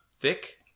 Thick